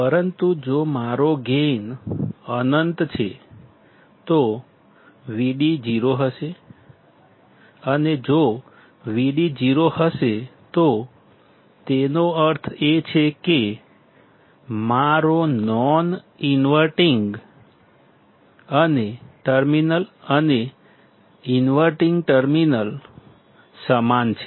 પરંતુ જો મારો ગેઇન અનંત છે તો Vd 0 હશે અને જો Vd 0 હશે તો તેનો અર્થ એ કે મારો નોન ઇન્વર્ટીંગ ટર્મિનલ અને ઇન્વર્ટીંગ ટર્મિનલ સમાન છે